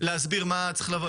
מה צריך.